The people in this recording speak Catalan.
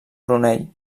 brunei